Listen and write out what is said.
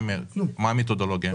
מה המתודולוגיה?